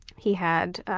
he had,